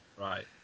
Right